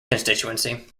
constituency